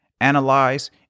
analyze